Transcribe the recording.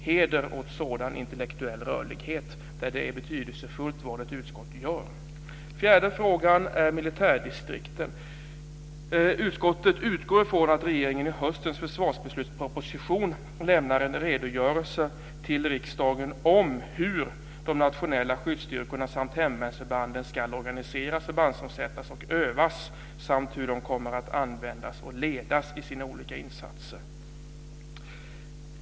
Heder åt sådan intellektuell rörlighet, där det är betydelsefullt vad ett utskott gör. Den fjärde frågan gäller militärdistrikten. Utskottet utgår från att regeringen i höstens försvarsbeslutsproposition lämnar en redogörelse till riksdagen om hur de nationella skyddsstyrkorna samt hemvärnsförbanden ska organiseras, förbandsomsättas och övas samt hur de kommer att användas och ledas i sina olika insatser.